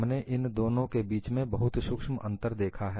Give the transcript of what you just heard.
हमने इन दोनों के बीच में बहुत सूक्ष्म अंतर को देखा है